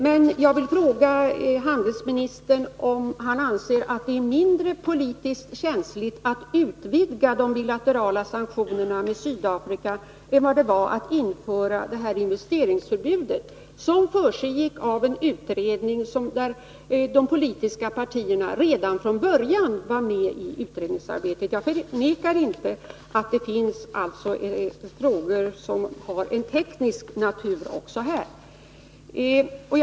Men jag vill fråga handelsministern om han anser att det är politiskt mindre känsligt att utvidga de bilaterala sanktionerna mot Sydafrika än vad det var att införa investeringsförbudet, som föregicks av en utredning där de politiska partierna redan från början var med i utredningsarbetet. Jag förnekar inte att det finns frågor av teknisk natur också här.